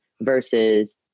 versus